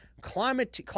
Climate